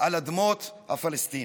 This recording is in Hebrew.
על אדמות הפלסטינים.